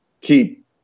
keep